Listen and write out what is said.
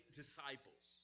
disciples